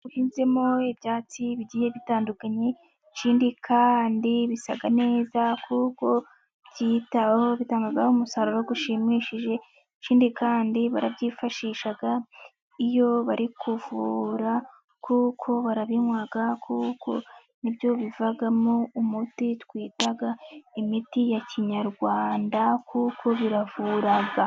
Umurima uhinzemo ibyatsi bigiye bitandukanye, ikindi kandi bisa neza kuko byitaweho kuko bitanga umusaruro ushimishije, ikindi kandi barabyifashisha iyo bari kuvura kuko barabinwa, kuko ni byo bivamo umuti twita imiti ya kinyarwanda kuko biravura.